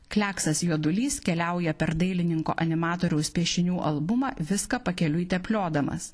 kliaksas juodulys keliauja per dailininko animatoriaus piešinių albumą viską pakeliui tepliodamas